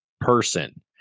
person